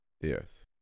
Yes